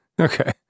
okay